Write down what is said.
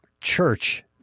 church